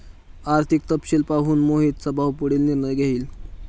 आर्थिक तपशील पाहून मोहितचा भाऊ पुढील निर्णय घेईल